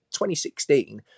2016